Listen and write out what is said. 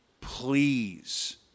please